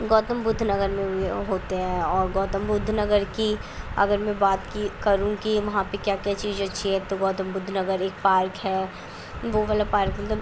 گوتم بدھ نگر میں بھی ہوتے ہیں اور گوتم بدھ نگر کی اگر میں بات کی کروں کہ وہاں پہ کیا کیا چیزیں اچھی ہے تو گوتم بدھ نگر ایک پارک ہے وہ والا پارک مطلب